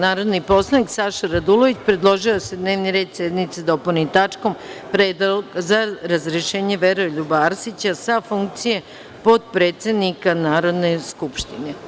Narodni poslanik Saša Radulović predložio je da se dnevni red sednice dopuni tačkom – Predlog za razrešenje Veroljuba Arsića sa funkcije potpredsednika Narodne skupštine.